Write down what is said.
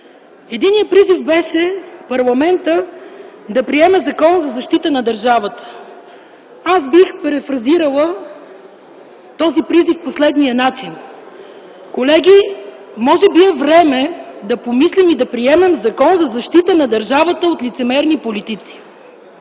Единият призив беше парламентът да приеме Закон за защита на държавата. Аз бих парафразирала този призив по следния начин: колеги, може би е време да помислим и да приемем Закон за защита на държавата от лицемерни политици.